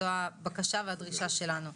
זו הבקשה והדרישה שלנו.